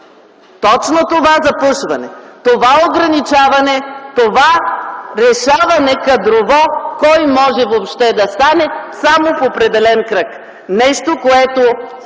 Точно това запушване, това ограничаване, това кадрово решаване кой може въобще да стане само в определен кръг! Нещо, което,